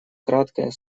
краткое